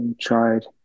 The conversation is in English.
tried